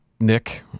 Nick